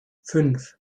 fünf